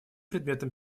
предметом